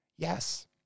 Yes